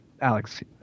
Alex